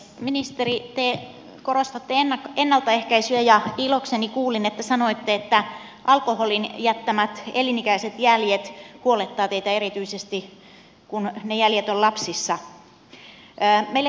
ministeri te korostatte ennaltaehkäisyä ja ilokseni kuulin että sanoitte että alkoholin jättämät elinikäiset jäljet huolettavat teitä erityisesti kun ne jäljet ovat lapsissa